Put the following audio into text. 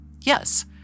Yes